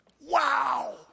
Wow